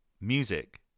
music